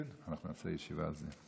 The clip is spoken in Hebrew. אנחנו נעשה ישיבה על זה.